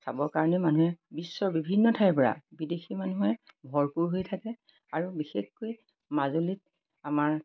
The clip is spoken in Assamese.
চাবৰ কাৰণে মানুহে বিশ্বৰ বিভিন্ন ঠাইৰ পৰা বিদেশী মানুহে ভৰপূৰ হৈ থাকে আৰু বিশেষকৈ মাজুলীত আমাৰ